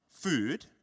food